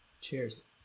cheers